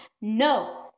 no